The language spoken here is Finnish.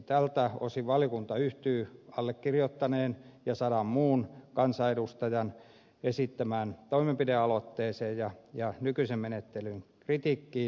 tältä osin valiokunta yhtyy allekirjoittaneen ja sadan muun kansanedustajan esittämään toimenpidealoitteeseen ja nykyisen menettelyn kritiikkiin